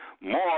more